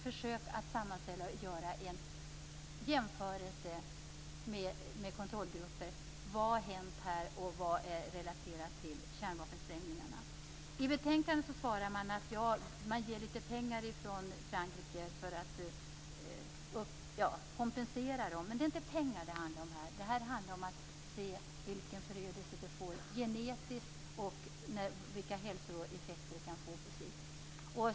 Försök att sammanställa detta och gör en jämförelse med kontrollgrupper för att se vad som har hänt här och vad som är relaterat till kärnvapensprängningarna. I betänkandet säger man att Frankrike ger litet pengar för att kompensera detta. Men det är inte pengar det handlar om här! Det handlar om att se vilken förödelse det hela får genetiskt och vilka hälsoeffekter det kan få på sikt.